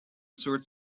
sorts